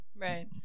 Right